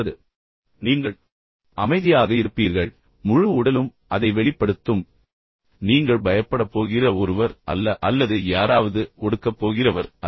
எனவே உங்கள் முகத்தில் உற்சாகம் இருக்கும் நீங்கள் அமைதியாகவும் நிதானமாகவும் இருப்பீர்கள் முழு உடலும் அதை வெளிப்படுத்தும் நீங்கள் பயப்படப் போகிற ஒருவர் அல்ல அல்லது யாராவது ஒடுக்கப் போகிறவர் அல்ல